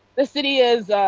the city is,